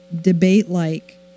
debate-like